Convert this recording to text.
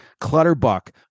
Clutterbuck